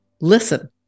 Listen